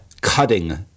cutting